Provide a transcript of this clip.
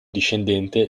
discendente